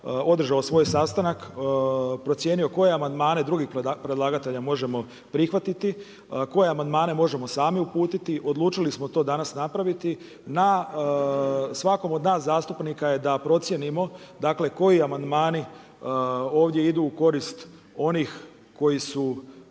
održao svoj sastanak, procijenio koje amandmane drugih predlagatelja možemo prihvatiti, koje amandmane možemo sami uputiti. Odlučili smo to danas napraviti. Na svakom od nas zastupnika je da procijenimo, dakle koji amandmani ovdje idu u korist onih koji su